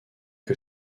que